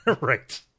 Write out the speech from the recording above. Right